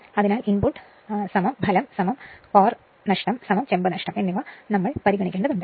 അതിനാൽ ഇൻപുട്ട് ഫലം കോർ നഷ്ടം ചെമ്പ് നഷ്ടം എന്നിവ ഞങ്ങൾ പരിഗണിക്കേണ്ടതുണ്ട്